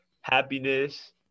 Happiness